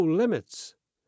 limits